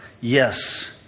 yes